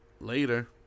later